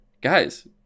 guys